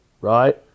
right